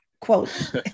quote